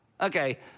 Okay